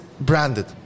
branded